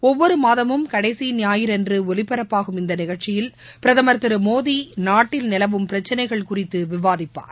ஒவ்வொரு மாதமும் கடைசி குாயிற்றுக்கிழமையன்று ஒலிபரப்பாகும் இந்த நிகழ்ச்சியில் பிரதமர் திரு மோடி நாட்டில் நிலவும் பிரச்னைகள் குறித்து விவாதிப்பார்